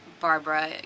Barbara